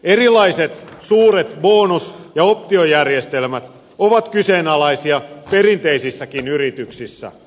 erilaiset suuret bonus ja optiojärjestelmät ovat kyseenalaisia perinteisissäkin yrityksissä